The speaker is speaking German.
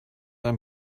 ein